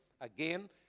again